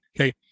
Okay